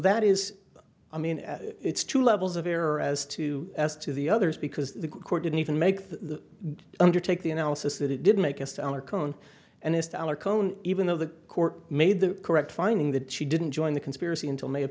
that is i mean it's two levels of error as to at to the others because the court didn't even make the undertake the analysis that it did make us to our cone and hist our cone even though the court made the correct finding that she didn't join the conspiracy until may of